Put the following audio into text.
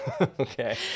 okay